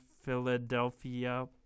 Philadelphia